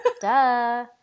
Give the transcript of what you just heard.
Duh